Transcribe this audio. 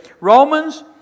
Romans